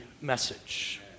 message